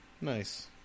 nice